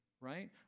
Right